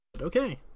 Okay